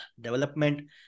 development